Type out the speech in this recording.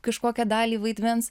kažkokią dalį vaidmens